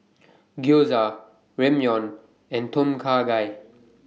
Gyoza Ramyeon and Tom Kha Gai